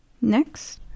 next